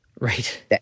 Right